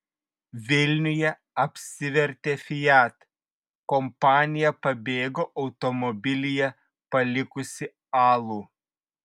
vilniuje apsivertė fiat kompanija pabėgo automobilyje palikusi alų